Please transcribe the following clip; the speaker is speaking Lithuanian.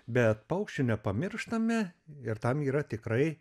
bet paukščių nepamirštame ir tam yra tikrai